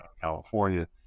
California